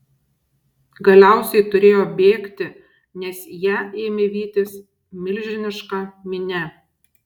galiausiai turėjo bėgti nes ją ėmė vytis milžiniška minia